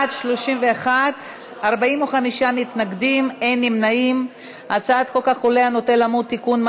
ההצעה להסיר מסדר-היום את הצעת חוק החולה הנוטה למות (תיקון,